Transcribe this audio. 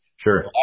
Sure